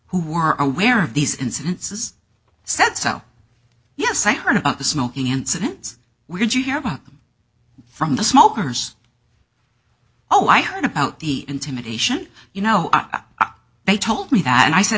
who were aware of these incidences said so yes i heard about the smoking incidents we did you hear about them from the smokers oh i heard about the intimidation you know are they told me that and i said